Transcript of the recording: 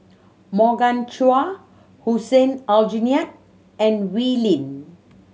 Morgan Chua Hussein Aljunied and Wee Lin